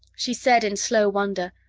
she said in slow wonder,